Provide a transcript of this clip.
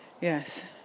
Yes